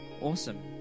Awesome